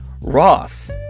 Roth